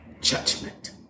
judgment